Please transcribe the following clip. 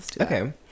Okay